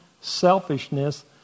selfishness